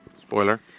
Spoiler